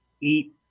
eat